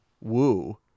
woo